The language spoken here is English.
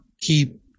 keep